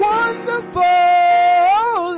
Wonderful